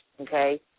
okay